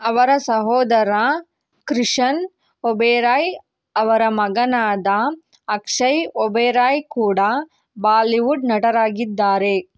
ಅವರ ಸಹೋದರ ಕ್ರಿಶನ್ ಒಬೇರಾಯ್ ಅವರ ಮಗನಾದ ಅಕ್ಷಯ್ ಒಬೇರಾಯ್ ಕೂಡ ಬಾಲಿವುಡ್ ನಟರಾಗಿದ್ದಾರೆ